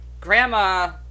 Grandma